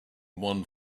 one